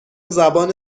زبان